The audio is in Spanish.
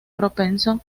propenso